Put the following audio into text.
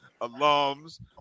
alums